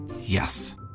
Yes